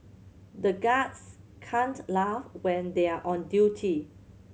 the guards can't laugh when they are on duty